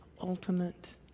ultimate